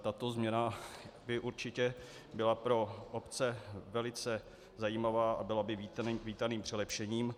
Tato změna by určitě byla pro obce velice zajímavá a byla by vítaným přilepšením.